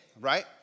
right